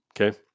Okay